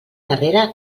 darrere